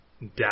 down